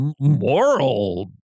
moral